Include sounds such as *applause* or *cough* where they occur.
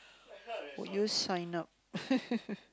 would you sign up *laughs*